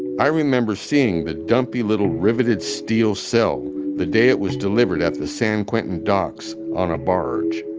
i remember seeing the dumpy little riveted steel cell the day it was delivered at the san quentin docks on a barge.